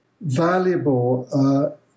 valuable